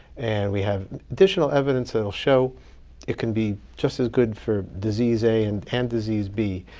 and we have additional evidence that'll show it can be just as good for disease a and and disease b.